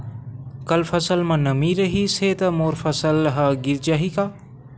कल मौसम म नमी रहिस हे त मोर फसल ह गिर जाही का?